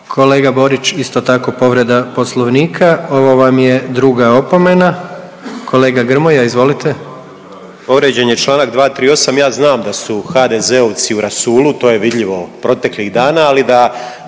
Kolega Borić, isto tako povreda Poslovnika. Ovo vam je druga opomena. Kolega Grmoja, izvolite. **Grmoja, Nikola (MOST)** Povrijeđen je Članak 238., ja znam da su HDZ-ovci u rasulu to je vidljivo proteklih dana, ali da